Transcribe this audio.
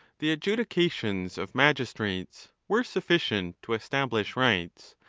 the adjudications of magistrates, were sufficient to establish rights,